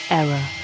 error